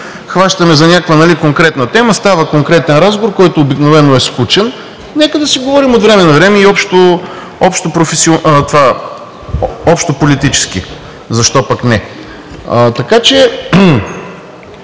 хващаме за някаква конкретна тема и става конкретен разговор, който обикновено е скучен. Нека да си говорим от време на време и общополитически. Защо пък не?! Така че